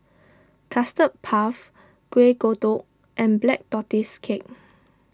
Custard Puff Kuih Kodok and Black Tortoise Cake